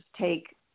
take